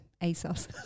ASOS